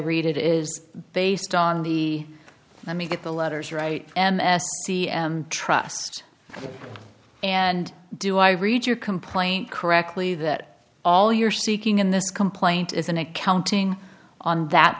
read it is based on the let me get the letters right and see em trust and do i read your complaint correctly that all you're seeking in this complaint is an accounting on that